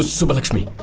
subbalakshmi.